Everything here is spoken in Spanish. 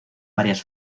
varias